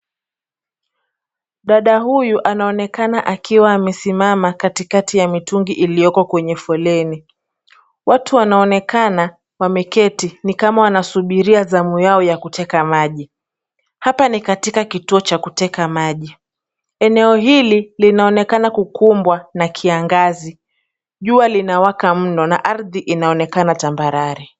Dada huyu anaonekana akiwa amesimama katikati ya mitungi ilioko kwenye foleni. Watu wanaonekana wameketi ni kama wanasubiria zamu yao ya kuteka maji. Hapa ni katika kituo cha kuteka maji. Eneo hili linaonekana kukumbwa na kiangazi. Jua linawaka mno na ardhi inaonekana tambarare.